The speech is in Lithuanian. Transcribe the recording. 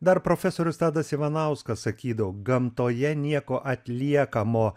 dar profesorius tadas ivanauskas sakydavo gamtoje nieko atliekamo